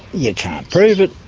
you can't prove it,